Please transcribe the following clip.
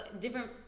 different